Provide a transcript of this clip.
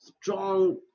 strong